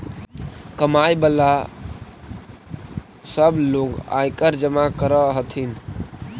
कमाय वला सब लोग आयकर जमा कर हथिन